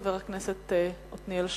חבר הכנסת עתניאל שנלר,